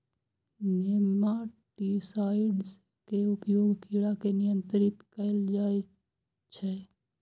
nematicides के उपयोग कीड़ा के नियंत्रित करै लेल कैल जाइ छै